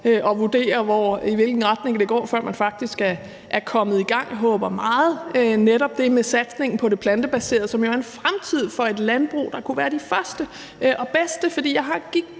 at vurdere, i hvilken retning det går, før man faktisk er kommet i gang. Jeg håber meget på netop det med satsningen på det plantebaserede, som jo er en fremtid for et landbrug, der kunne være det første og bedste, for jeg har en